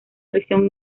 prisión